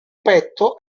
petto